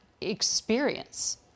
experience